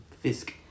Fisk